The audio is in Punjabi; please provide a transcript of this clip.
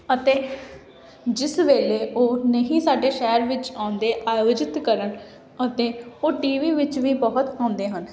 ਅਤੇ ਜਿਸ ਵੇਲੇ ਉਹ ਨਹੀਂ ਸਾਡੇ ਸ਼ਹਿਰ ਵਿੱਚ ਆਉਂਦੇ ਆਯੋਜਿਤ ਕਰਨ ਅਤੇ ਉਹ ਟੀ ਵੀ ਵਿੱਚ ਵੀ ਬਹੁਤ ਆਉਂਦੇ ਹਨ